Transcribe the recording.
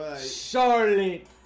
Charlotte